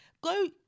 Go